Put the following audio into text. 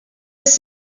this